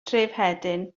trefhedyn